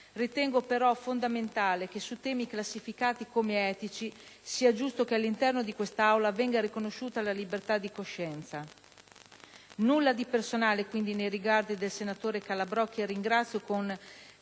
Ritengo però fondamentale che sui temi classificati come etici sia giusto che, all'interno di quest'Aula, venga riconosciuta la libertà di coscienza. Non c'è nulla di personale, quindi, nei riguardi del senatore Calabrò, che ringrazio non